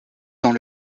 dans